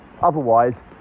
Otherwise